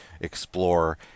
explore